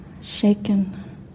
shaken